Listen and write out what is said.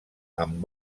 amb